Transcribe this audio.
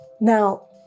Now